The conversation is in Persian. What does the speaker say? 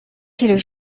کیلویی